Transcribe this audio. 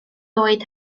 oed